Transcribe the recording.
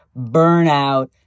burnout